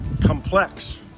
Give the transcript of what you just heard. complex